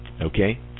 Okay